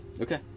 Okay